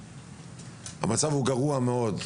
המצב הוא גרוע מאוד.